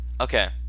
Okay